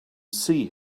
see